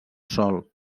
sòl